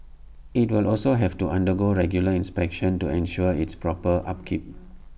IT will also have to undergo regular inspections to ensure its proper upkeep